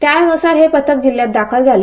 त्यानुसार पथक जिल्ह्यात दाखल झाल